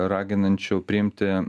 raginančių priimti